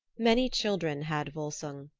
many children had volsung,